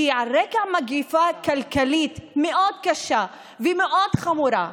כי על רקע מגפה כלכלית מאוד קשה, והיא מאוד חמורה,